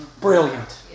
Brilliant